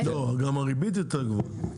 לא, גם הריבית יותר גבוהה.